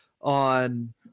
on